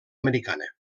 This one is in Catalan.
americana